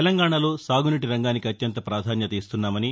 తెలంగాణలో సాగునీటి రంగానికి అత్యంత ప్రాధాన్యత ఇన్తున్నామని